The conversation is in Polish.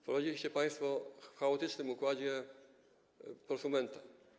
Wprowadziliście państwo w chaotycznym układzie prosumenta.